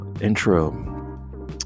intro